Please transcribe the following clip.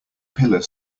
pillar